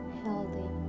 healthy